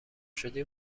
شدی